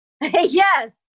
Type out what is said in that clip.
Yes